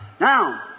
Now